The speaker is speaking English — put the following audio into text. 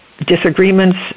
disagreements